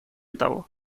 того